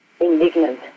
indignant